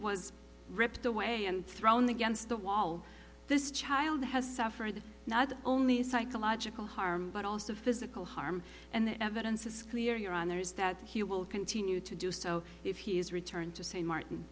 was ripped away and thrown against the wall this child has suffered not only psychological harm but also physical harm and the evidence is clear here on there is that he will continue to do so if he is returned to st martin